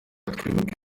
twibuka